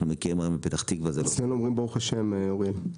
אנחנו מכירים בפתח תקווה, זה לא סוד.